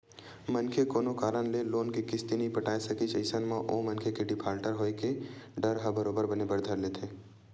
मनखे कोनो कारन ले लोन के किस्ती नइ पटाय सकिस अइसन म ओ मनखे के डिफाल्टर होय के डर ह बरोबर बने बर धर लेथे